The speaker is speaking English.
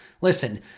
Listen